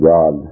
God